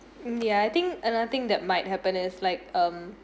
hmm ya I think another thing that might happen is like um